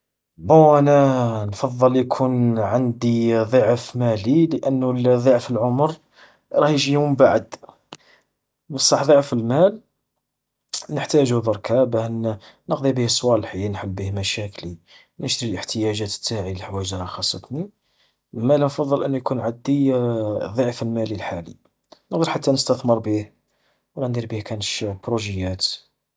بون انا نفضل يكون عندي ضعف مالي لانو ضعف العمر يراه يجي يوم بعد، بالصح ضعف المال، نحتاجو ضركا، باه ن-نقضي بيه صوالحي، نحل بيه مشاكل، نشتري بيه الاحتياجات تاعي لحوايج اللي راها خصتني. المال افضل ان يكون عدي ضعف المالي الحالي، نقدر حتى نستثمر به، ندير بيه كنش بروجيات.